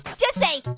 just say